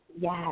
Yes